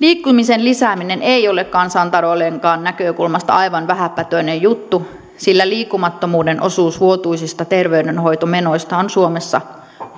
liikkumisen lisääminen ei ole kansantaloudenkaan näkökulmasta aivan vähäpätöinen juttu sillä liikkumattomuuden osuus vuotuisista terveydenhoitomenoista on suomessa